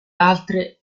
altre